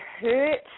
hurt